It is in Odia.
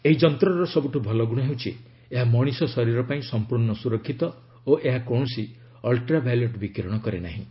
ଏହି ଯନ୍ତ୍ରର ସବୁଠୁ ଭଲଗୁଣ ହେଉଛି ଏହା ମଣିଷ ଶରୀର ପାଇଁ ସମ୍ପୂର୍ଣ୍ଣ ସୁରକ୍ଷିତ ଓ ଏହା କୌଣସି ଅଲ୍ରାଭାୟୋଲେଟ୍ ବିକୀରଣ କରେ ନାହିଁ